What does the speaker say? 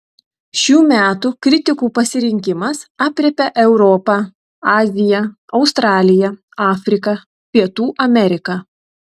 šių metų kritikų pasirinkimas aprėpia europą aziją australiją afriką pietų ameriką